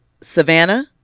Savannah